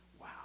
Wow